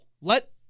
Let